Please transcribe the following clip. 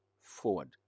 forward